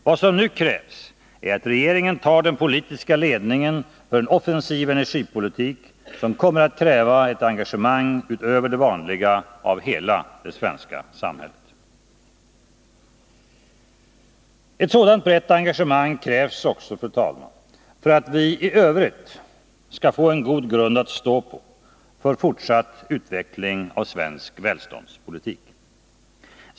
Vad som nu krävs är att regeringen tar den politiska ledningen för en offensiv energipolitik som kommer att kräva ett engagemang utöver det vanliga av hela samhället. Ett sådant brett engagemang krävs också för att vi i övrigt skall få en god grund att stå på för fortsatt utveckling av svensk välståndspolitik.